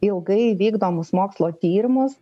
ilgai vykdomus mokslo tyrimus